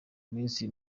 minsi